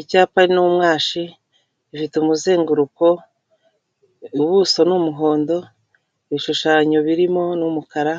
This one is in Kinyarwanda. Icyapa ni umwashi, gifite umuzenguruko, ubuso ni umuhondo, ibishushanyo birimo ni umukara,